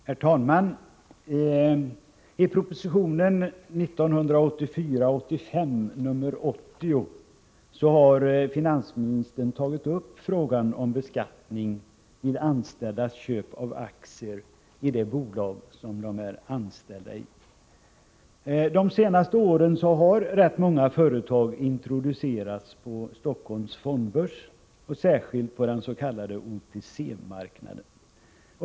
Herr talman! I proposition 1984/85:80 har finansministern tagit upp frågan om beskattning vid anställdas köp av aktier i det bolag som de är anställda i. Under de senaste åren har rätt många företag introducerats på Stockholms fondbörs, särskilt på den s.k. OTC-marknaden.